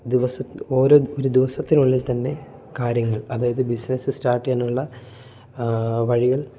ദിവസം ഓരോ ഒരു ദിവസത്തിനുള്ളിൽ തന്നെ കാര്യങ്ങൾ അതായത് ബിസിനസ്സ് സ്റ്റാർട്ട് ചെയ്യാനുള്ള വഴികൾ